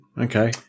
Okay